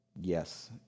Yes